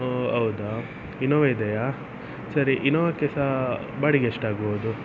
ಓ ಹೌದಾ ಇನೋವಾ ಇದೆಯೇ ಸರಿ ಇನೋವಾಕ್ಕೆ ಸಹ ಬಾಡಿಗೆ ಎಷ್ಟಾಗಬಹುದು